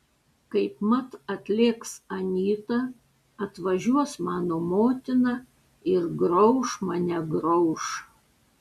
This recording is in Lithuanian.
kaipmat atlėks anyta atvažiuos mano motina ir grauš mane grauš